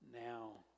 now